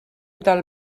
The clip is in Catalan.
del